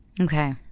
Okay